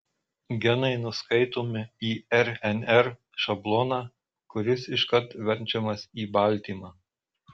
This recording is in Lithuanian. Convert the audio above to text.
genai nuskaitomi į rnr šabloną kuris iškart verčiamas į baltymą